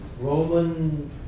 Roman